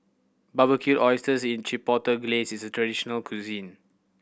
Barbecued Oysters in Chipotle Glaze is traditional cuisine